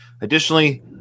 Additionally